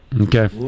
Okay